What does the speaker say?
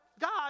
God